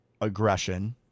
aggression